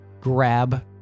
grab